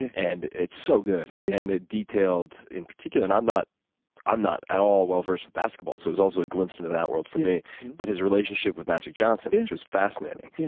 and it's so good. yeah and it detailed in particular and i'm not i'm not at all well versed with basketball so it was also a glimpse into that world for me but his relationship with magic johnson, which was fascinating. yeah